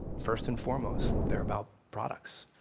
first and foremost, they're about products.